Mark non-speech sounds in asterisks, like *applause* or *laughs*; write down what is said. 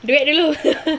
duit dulu *laughs*